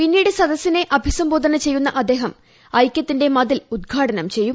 പിന്നീട് സദസിനെ അഭിസംബോധന ചെയ്യുക്സൂ അദ്ദേഹം ഐകൃത്തിന്റെ മതിൽ ഉദ്ഘാടനം ചെയ്യും